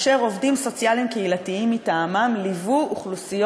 אשר עובדים סוציאליים קהילתיים מטעמו ליוו אוכלוסיות